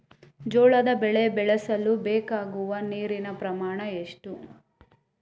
ಜೋಳದ ಬೆಳೆ ಬೆಳೆಸಲು ಬೇಕಾಗುವ ನೀರಿನ ಪ್ರಮಾಣ ಎಷ್ಟು?